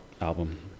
album